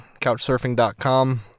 couchsurfing.com